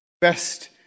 best